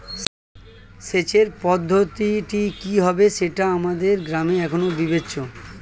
সেচের পদ্ধতিটি কি হবে সেটা আমাদের গ্রামে এখনো বিবেচ্য